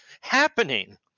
happening